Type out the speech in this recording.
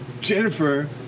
Jennifer